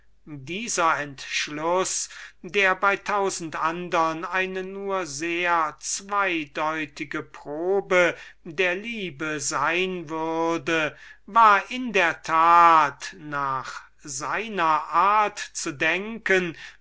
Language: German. dieser entschluß welcher bei tausend andern eine nur sehr zweideutige probe der liebe sein würde war in der tat nach seiner art zu denken